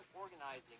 organizing